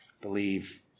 believe